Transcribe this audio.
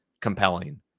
compelling